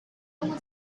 one